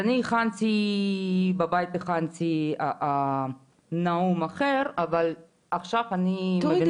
אני הכנתי בבית נאום אחר, אבל עכשיו אני מבינה